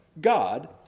God